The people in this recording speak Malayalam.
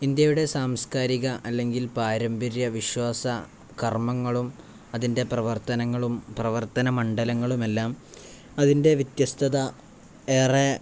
ഇന്ത്യയുടെ സാംസ്കാരിക അല്ലെങ്കിൽ പാരമ്പര്യ വിശ്വാസ കർമ്മങ്ങളും അതിൻ്റെ പ്രവർത്തനങ്ങളും പ്രവർത്തന മണ്ഡലങ്ങളുമെല്ലാം അതിൻ്റെ വ്യത്യസ്തത ഏറെ